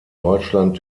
deutschland